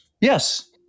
Yes